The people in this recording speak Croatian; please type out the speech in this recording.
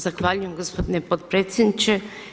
Zahvaljujem gospodine potpredsjedniče.